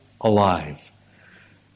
alive